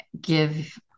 give